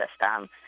system